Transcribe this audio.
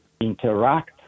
interact